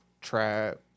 trap